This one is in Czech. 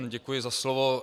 Děkuji za slovo.